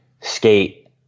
skate